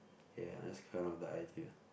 ya let's carry on with the idea